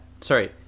Sorry